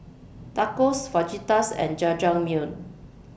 Tacos Fajitas and Jajangmyeon